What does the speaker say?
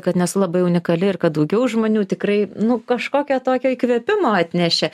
kad nesu labai unikali ir kad daugiau žmonių tikrai nu kažkokio tokio įkvėpimo atnešė